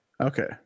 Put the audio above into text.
okay